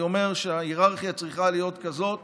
אני אומר שההיררכיה צריכה להיות כזאת